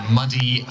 muddy